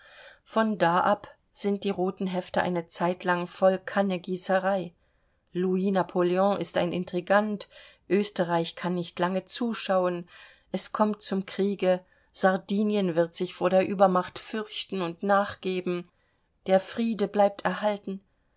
von da ab sind die roten hefte eine zeit lang voll kannegießerei louis napoleon ist ein intrigant österreich kann nicht lange zuschauen es kommt zum kriege sardinien wird sich vor der übermacht fürchten und nachgeben der friede bleibt erhalten